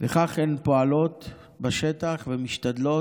וכך הן פועלות בשטח, ומשתדלות,